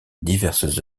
diverses